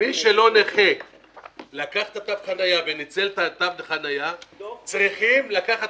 לא נכה לקח את תו החניה וניצל אותו צריך לקחת